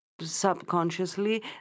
subconsciously